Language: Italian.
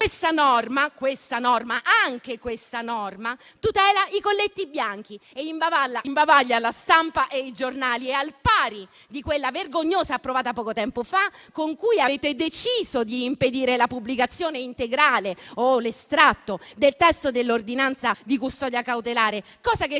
prenderli in giro. Anche questa norma tutela i colletti bianchi e imbavaglia la stampa e i giornali, al pari di quella vergognosa norma approvata poco tempo fa con cui avete deciso di impedire la pubblicazione integrale o l'estratto del testo dell'ordinanza di custodia cautelare, cosa che